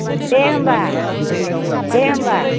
दे होनबा दे होनबा